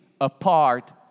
apart